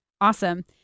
Awesome